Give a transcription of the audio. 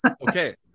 Okay